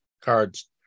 cards